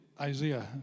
Isaiah